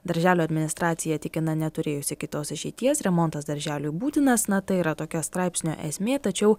darželio administracija tikina neturėjusi kitos išeities remontas darželiui būtinas na tai yra tokia straipsnio esmė tačiau